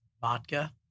vodka